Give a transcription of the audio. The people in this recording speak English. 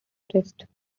forest